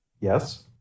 Yes